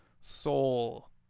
soul